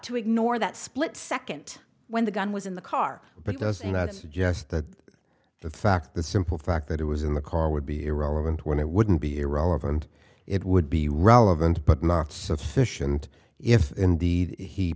to ignore that split second when the gun was in the car but does not suggest that the fact the simple fact that it was in the car would be irrelevant when it wouldn't be irrelevant it would be relevant but not sufficient if indeed he